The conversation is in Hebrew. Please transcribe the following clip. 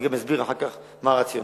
אסביר אחר כך גם מה הרציונל.